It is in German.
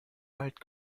wald